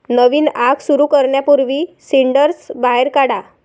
नवीन आग सुरू करण्यापूर्वी सिंडर्स बाहेर काढा